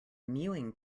mewing